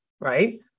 right